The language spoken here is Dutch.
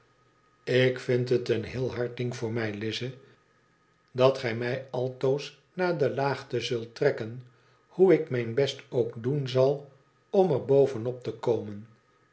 lik vind het een heel hard ding voor mij lize dat gij mij altoos naar de laagte zult trekken hoe ik mijn best ook doen zal om er bovenop te komen